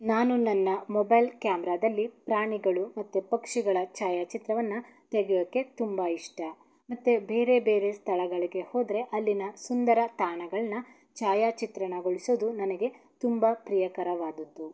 ನಾನು ನನ್ನ ಮೊಬೈಲ್ ಕ್ಯಾಮ್ರಾದಲ್ಲಿ ಪ್ರಾಣಿಗಳು ಮತ್ತು ಪಕ್ಷಿಗಳ ಛಾಯಾಚಿತ್ರವನ್ನು ತೆಗೆಯೋಕ್ಕೆ ತುಂಬ ಇಷ್ಟ ಮತ್ತು ಬೇರೆ ಬೇರೆ ಸ್ಥಳಗಳಿಗೆ ಹೋದರೆ ಅಲ್ಲಿನ ಸುಂದರ ತಾಣಗಳನ್ನ ಛಾಯಾಚಿತ್ರಣಗೊಳಿಸೋದು ನನಗೆ ತುಂಬ ಪ್ರಿಯಕರವಾದದ್ದು